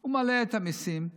הוא מעלה את המיסים.